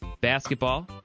basketball